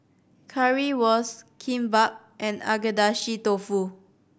Currywurst Kimbap and Agedashi Dofu